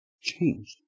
changed